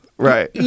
Right